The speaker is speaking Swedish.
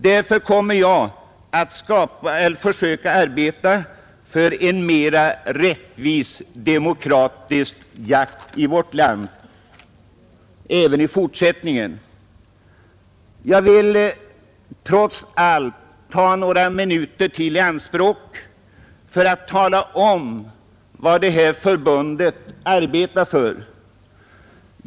Därför kommer jag att försöka arbeta för en mera rättvis och demokratisk jakt i vårt land även i fortsättningen. Jag vill trots allt ta några minuter till i anspråk för att tala om vad vårt förbund arbetar för.